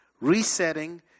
Resetting